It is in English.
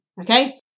okay